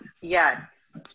Yes